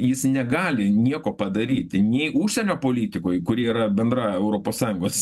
jis negali nieko padaryti nei užsienio politikoj kuri yra bendra europos sąjungos